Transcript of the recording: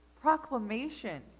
proclamation